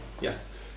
Yes